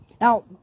Now